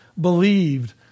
believed